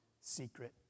secret